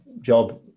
job